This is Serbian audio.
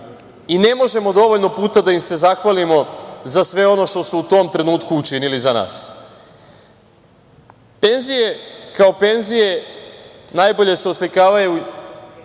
Ne možemo dovoljno puta da im se zahvalimo za sve ono što su u tom trenutku učinili za nas. Penzije kao penzije najbolje se oslikavaju